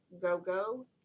GoGo